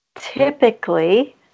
Typically